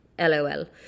LOL